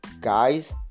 Guys